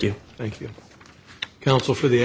you thank you counsel for the